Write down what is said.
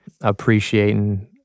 appreciating